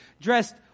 dressed